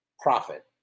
profit